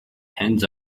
hands